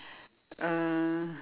uh